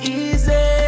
easy